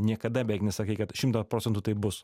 niekada beveik nesakai kad šimtą procentų taip bus